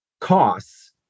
costs